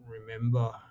remember